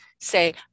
say